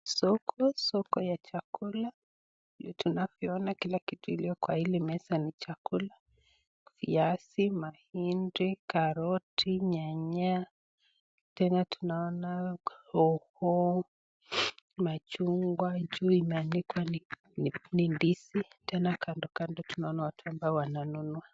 Ni soko, soko ya chakula. Vile tunavyoona kila kitu iliyo kwa hii meza ni chakula. Viazi, mahindi, karoti, nyanya, tena tunaona hoho, machungwa, juu imeanikwa ni ndizi. Tena kando kando tunaona watu ambao wananunua.